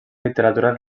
literatura